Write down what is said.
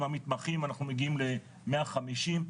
עם המתמחים אנחנו מגיעים למאה חמישים,